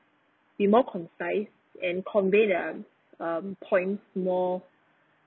be more concised and convey their um point more